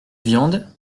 viande